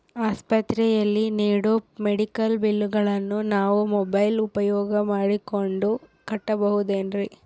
ಆಸ್ಪತ್ರೆಯಲ್ಲಿ ನೇಡೋ ಮೆಡಿಕಲ್ ಬಿಲ್ಲುಗಳನ್ನು ನಾವು ಮೋಬ್ಯೆಲ್ ಉಪಯೋಗ ಮಾಡಿಕೊಂಡು ಕಟ್ಟಬಹುದೇನ್ರಿ?